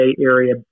area